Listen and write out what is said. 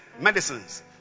medicines